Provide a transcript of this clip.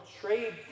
trade